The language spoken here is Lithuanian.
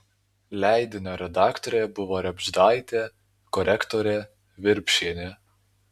leidinio redaktorė buvo rėbždaitė korektorė virpšienė